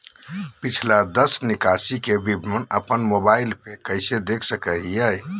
पिछला दस निकासी के विवरण अपन मोबाईल पे कैसे देख सके हियई?